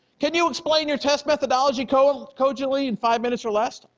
can you explain your test methodology code cordially in five minutes or less?